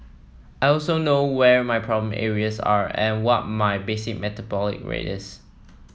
I also know where my problem areas are and what my basic metabolic rate is